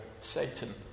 Satan